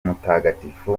mutagatifu